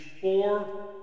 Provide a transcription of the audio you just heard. four